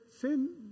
sin